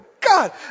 God